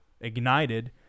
ignited